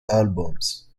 albums